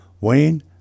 Wayne